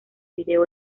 video